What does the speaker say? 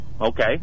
okay